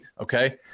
okay